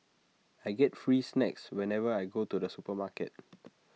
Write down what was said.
I get free snacks whenever I go to the supermarket